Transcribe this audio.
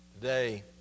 Today